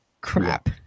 crap